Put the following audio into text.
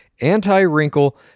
anti-wrinkle